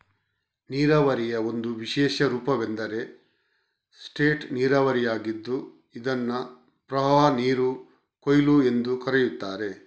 ನೀರಾವರಿಯ ಒಂದು ವಿಶೇಷ ರೂಪವೆಂದರೆ ಸ್ಪೇಟ್ ನೀರಾವರಿಯಾಗಿದ್ದು ಇದನ್ನು ಪ್ರವಾಹನೀರು ಕೊಯ್ಲು ಎಂದೂ ಕರೆಯುತ್ತಾರೆ